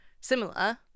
similar